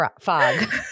fog